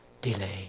delay